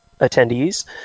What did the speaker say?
attendees